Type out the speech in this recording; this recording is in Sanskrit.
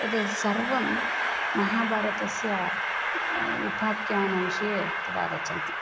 तत् सर्वं महाभारतस्य उपाख्यानविषये तत् आगच्छन्ति